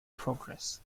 progress